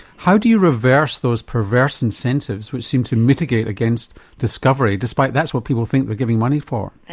how do you reverse those perverse incentives which seem to mitigate against discovery despite that's what people think they're giving money for?